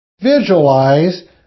Visualize